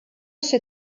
się